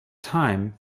time